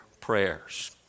prayers